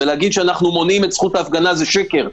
להגיד שאנחנו מונעים את זכות ההפגנה, זה שקר.